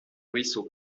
ruisseau